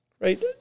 right